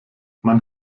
man